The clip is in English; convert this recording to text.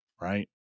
Right